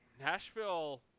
Nashville